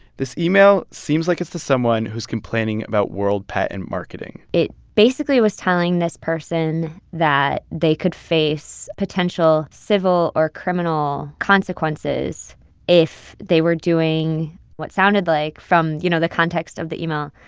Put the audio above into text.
this email seems like it's to someone who's complaining about world patent marketing it basically was telling this person that they could face potential civil or criminal consequences if they were doing what sounded like from, you know, the context of the email,